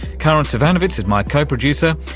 karin zsivanovits is my co-producer.